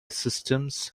systems